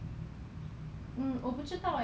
monday wednesday friday